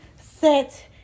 set